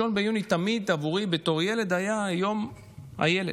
1 ביוני תמיד, עבורי בתור ילד, היה יום הילד.